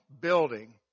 building